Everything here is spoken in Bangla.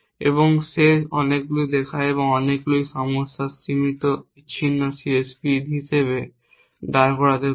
এবং সে অনেকগুলি দেখায় অনেকগুলি সমস্যা সীমিত বিচ্ছিন্ন CSP হিসাবে দাঁড় করাতে পারে